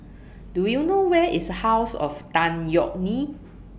Do YOU know Where IS House of Tan Yeok Nee